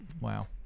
Wow